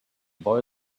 boy